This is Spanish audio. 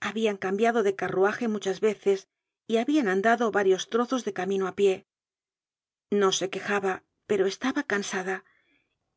habían cambiado de carruaje muchas veces y habian andado varios trozos de camino á pie no se quejaba pero estaba cansada